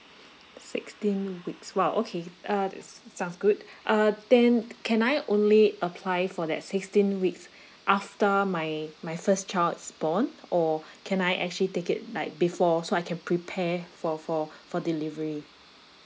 sixteen weeks !wow! okay uh it sounds good uh then can I only apply for that sixteen weeks after my my first child is born or can I actually take it like before so I can prepare for for for delivery